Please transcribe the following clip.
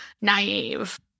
naive